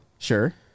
Sure